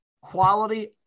quality